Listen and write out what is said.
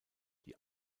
die